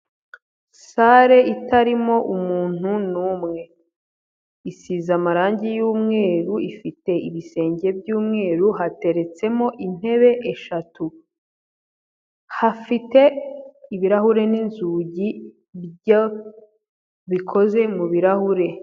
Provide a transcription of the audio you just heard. Sare itarimo umuntu n'umwe isize amarangi y'umweru ifite ibisenge by'umweru hateretsemo intebe eshatu, hafite ibirahure n'inzugi bikoze mu birahure.